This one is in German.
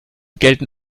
gelten